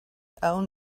own